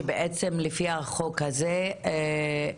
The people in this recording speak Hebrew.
שבעצם לפי החוק הזה מנע